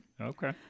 okay